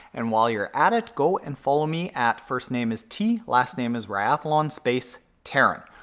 and while you're at it, go and follow me at first name is t, last name is riathlon space taren.